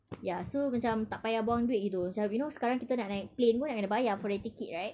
ya so macam tak payah buang duit gitu macam you know sekarang kita nak naik plane pun nak kena bayar for the air ticket right